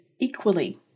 equally